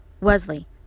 Wesley